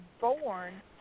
born